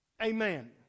Amen